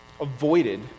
avoided